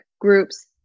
groups